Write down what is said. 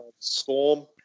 Storm